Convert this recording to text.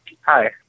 Hi